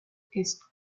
ist